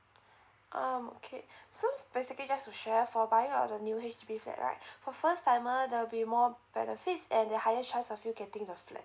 um okay so basically just to share for buying the new H_D_B flat right for first timer there'll be more benefits and the higher chance of you getting the flat